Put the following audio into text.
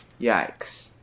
Yikes